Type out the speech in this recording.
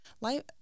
life